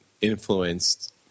influenced